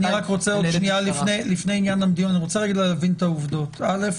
אני רוצה להבין את העובדות אל"ף,